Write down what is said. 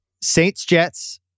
Saints-Jets